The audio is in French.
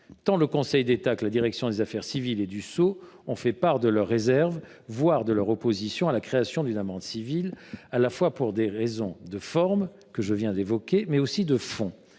tant le Conseil d’État que la direction des affaires civiles et du sceau ont fait part de leurs réserves, voire de leur opposition à la création d’une amende civile, à la fois pour des raisons de forme – je viens de les évoquer – et de fond.